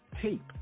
tape